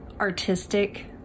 artistic